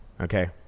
Okay